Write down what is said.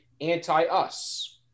anti-us